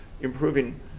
improving